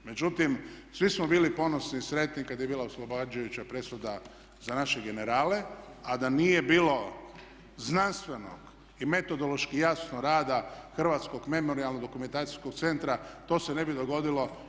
Međutim, svi smo bili ponosni i sretni kad je bila oslobađaju presuda za naše generale, a da nije bilo znanstvenog i metodološki jasno rada Hrvatskog memorijalno-dokumentacijskog centra to se ne bi dogodilo.